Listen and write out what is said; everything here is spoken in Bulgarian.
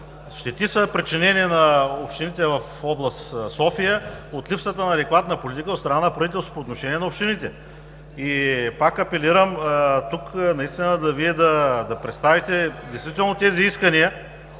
щети са причинени на общините в област София от липсата на адекватна политика от страна на правителството по отношение на общините. Пак апелирам: наистина Вие тук да представите тези искания,